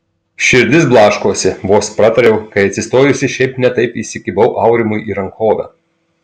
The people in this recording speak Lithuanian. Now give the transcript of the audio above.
širdis blaškosi vos pratariau kai atsistojusi šiaip ne taip įsikibau aurimui į rankovę